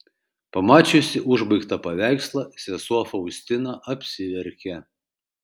pamačiusi užbaigtą paveikslą sesuo faustina apsiverkė